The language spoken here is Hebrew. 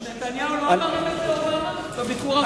אז נתניהו לא אמר אמת לאובמה בביקור האחרון?